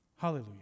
Hallelujah